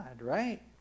right